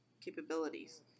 capabilities